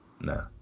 No